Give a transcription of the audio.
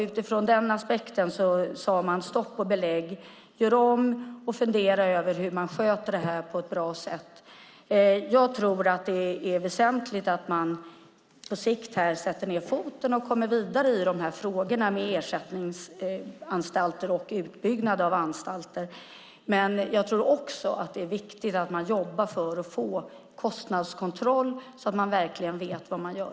Utifrån den aspekten sade man stopp och belägg, gör om och fundera på hur man sköter det här på ett bra sätt! Jag tror att det är väsentligt att man på sikt sätter ned foten och kommer vidare när det gäller frågorna om ersättningsanstalter och utbyggnader av anstalter. Jag tror också att det är viktigt att man jobbar för att få kostnadskontroll så att man verkligen vet vad man gör.